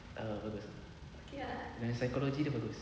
ah bagus bagus dia nya psychology bagus